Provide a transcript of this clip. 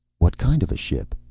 what kind of a ship?